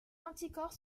anticorps